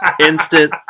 Instant